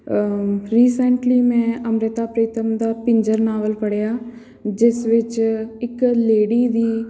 recently ਮੈਂ ਅੰਮ੍ਰਿਤਾ ਪ੍ਰੀਤਮ ਦਾ Pinjar novel ਪੜ੍ਹਿਆ ਜਿਸ ਵਿੱਚ ਇੱਕ ਲੇਡੀ ਦੀ